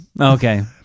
Okay